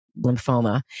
lymphoma